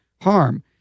harm